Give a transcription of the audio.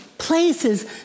Places